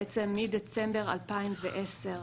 בעצם מדצמבר 2010,